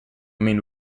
mean